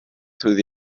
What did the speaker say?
through